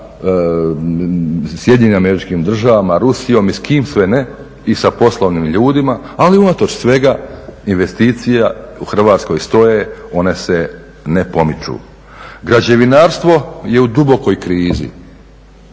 Sjedinjenim Američkim Državama, Rusijom i s kim sve ne, i sa poslovnim ljudima. Ali unatoč svega investicija u Hrvatskoj stoje, one se ne pomiču. Građevinarstvo je u dubokoj krizi,